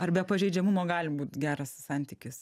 ar be pažeidžiamumo gali būt geras santykis